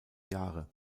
jahre